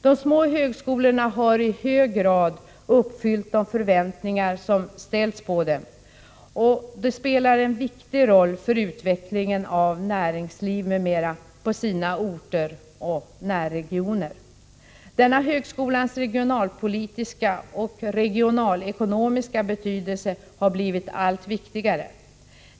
De små högskolorna har i hög grad uppfyllt de förväntningar som ställts på dem, och de spelar en viktig roll för utvecklingen av näringsliv m.m. på sina orter och i sina närregioner. Denna högskolans regionalpolitiska och regionalekonomiska betydelse har blivit allt viktigare.